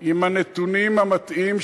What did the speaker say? עם הנתונים המטעים,